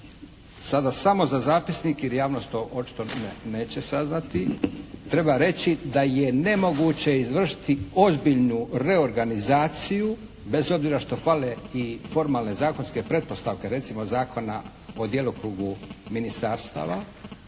sada samo za zapisnik jer javnost to očito neće saznati treba reći da je nemoguće izvršiti ozbiljnu reorganizaciju bez obzira što fale i formalne zakonske pretpostavke recimo Zakona o djelokrugu ministarstava